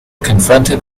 confronted